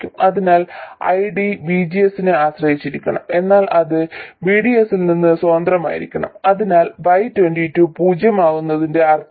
അതിനാൽ ID VGS നെ ആശ്രയിച്ചിരിക്കണം എന്നാൽ അത് VDS ൽ നിന്ന് സ്വതന്ത്രമായിരിക്കണം അതാണ് y22 പൂജ്യമാകുന്നതിന്റെ അർത്ഥം